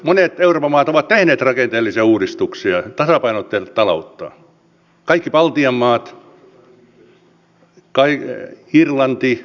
monet euroopan maat ovat tehneet rakenteellisia uudistuksia tasapainottaneet talouttaan kaikki baltian maat irlanti espanja